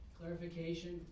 clarification